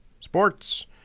Sports